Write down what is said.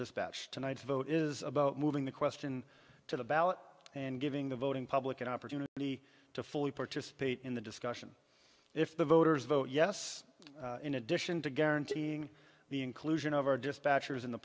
dispatch tonight's vote is about moving the question to the ballot and giving the voting public an opportunity to fully participate in the discussion if the voters vote yes in addition to guaranteeing the inclusion of our dispatchers in the